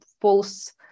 false